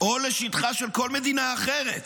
או לשטחה של כל מדינה אחרת